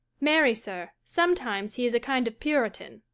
marry, sir, sometimes he is a kind of puritan.